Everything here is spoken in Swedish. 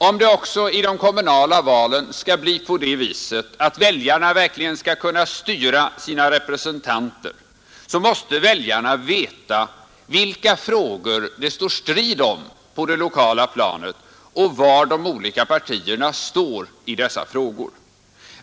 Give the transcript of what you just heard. Om det också i de kommunala valen skall bli på det viset att väljarna verkligen skall kunna styra sina representanter, så måste väljarna veta vilka frågor det råder strid om på det lokala planet och var de olika partierna står i dessa frågor.